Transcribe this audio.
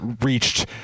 reached